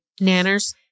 Nanners